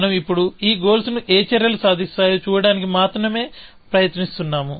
మనం ఇప్పుడు ఈ గోల్స్ ను ఏ చర్యలు సాధిస్తాయో చూడటానికి మాత్రమే ప్రయత్నిస్తున్నాము